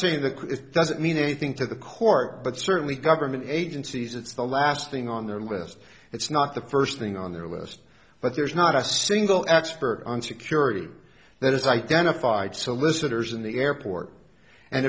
saying that it doesn't mean anything to the court but certainly government agencies it's the last thing on their list it's not the first thing on their list but there's not a single expert on security that has identified solicitors in the airport and